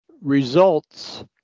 results